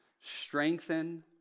strengthen